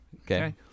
Okay